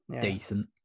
decent